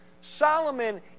Solomon